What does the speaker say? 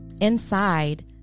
Inside